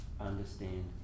understand